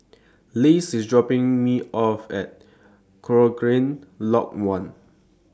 Les IS dropping Me off At Cochrane Lodge one